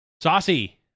Saucy